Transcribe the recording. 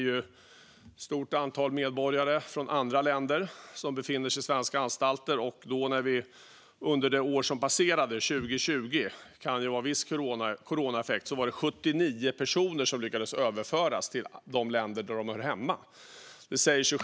Ett stort antal medborgare från andra länder befinner sig på svenska anstalter. Under det år som passerade, 2020, lyckades vi bara överföra 79 personer till de länder där de hörde hemma. Det kan visserligen ha funnits en coronaeffekt.